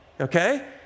okay